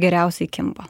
geriausiai kimba